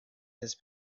his